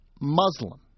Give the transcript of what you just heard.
Muslim